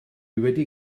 wedi